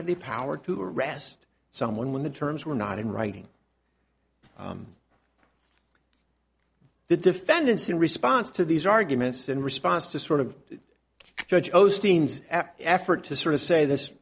had the power to arrest someone when the terms were not in writing the defendants in response to these arguments in response to sort of judge rose dean's effort to sort of say this